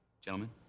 gentlemen